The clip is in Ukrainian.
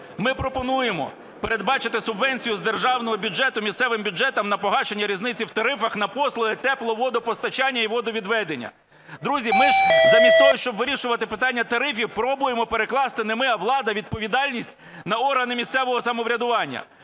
Ми пропонуємо передбачити субвенцію з державного бюджету місцевим бюджетам на погашення різниці в тарифах на послуги тепловодопостачання і водовідведення. Друзі, ми ж замість того, щоб вирішувати питання тарифів, пробуємо перекласти – не ми, а влада – відповідальність на органи місцевого самоврядування.